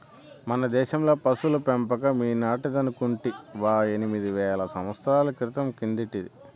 మన దేశంలో పశుల పెంపకం ఈనాటిదనుకుంటివా ఎనిమిది వేల సంవత్సరాల క్రితం కిందటిది